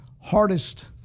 hardest